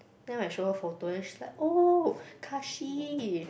then when I show her photo then she's like oh Kahshee